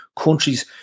countries